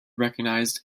recognized